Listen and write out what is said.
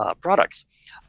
products